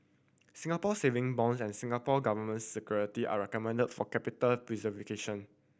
Singapore Saving Bonds and Singapore Government Security are recommended for capital